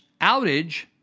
outage